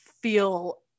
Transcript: feel